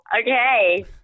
Okay